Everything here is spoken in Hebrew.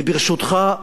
וברשותך,